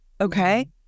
okay